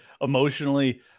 emotionally